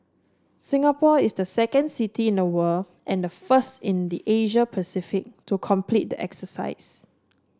Singapore is the second city in the world and the first in the Asia Pacific to complete the exercise